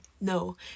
No